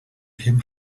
him